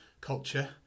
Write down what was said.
culture